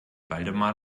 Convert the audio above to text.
waldemar